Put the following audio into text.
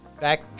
back